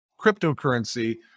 cryptocurrency